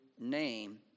name